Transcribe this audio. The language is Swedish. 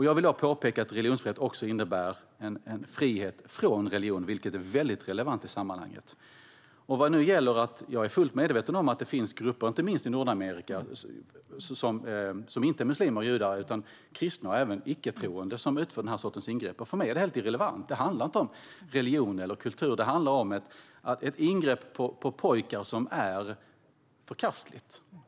Jag vill då påpeka att religionsfrihet också innebär frihet från religion, vilket är väldigt relevant i sammanhanget. Jag är fullt medveten om att det finns grupper, inte minst i Nordamerika, som inte är muslimer och judar utan kristna och även icke-troende som utför den här sortens ingrepp. För mig är det helt irrelevant. Det handlar inte om religion eller kultur. Det handlar om ett ingrepp på pojkar som är förkastligt.